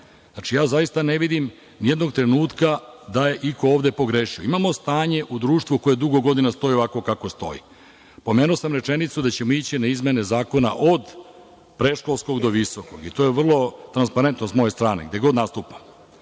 smislu. Zaista ne vidim ni jednog trenutka da je iko ovde pogrešio. Imamo stanje u društvu koje dugo godina stoji ovako kako stoji. Pomenuo sam rečenicu da ćemo ići na izmene zakona od predškolskog do visokog i to je vrlo transparentno sa moje strane, gde god nastupam.